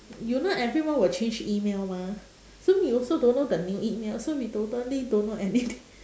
you know everyone will change email mah so we also don't know the new email so we totally don't know anything